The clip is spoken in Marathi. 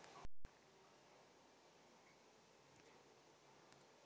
तुम्ही माझ्या सूर्यफूलमध्ये वाढ कसे जोडू शकता?